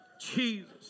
Jesus